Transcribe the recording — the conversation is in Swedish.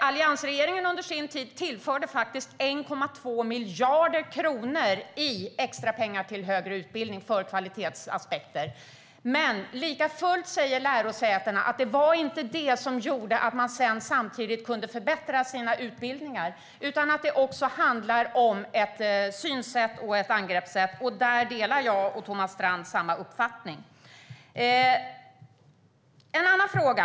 Alliansregeringen tillförde under sin tid faktiskt 1,2 miljarder kronor i extrapengar till högre utbildning för kvalitetsaspekter. Men likafullt säger lärosätena att det inte var det som gjorde att man samtidigt kunde förbättra sina utbildningar. Det handlar också om ett synsätt och ett angreppssätt. Där har jag och Thomas Strand samma uppfattning. Jag har en annan fråga.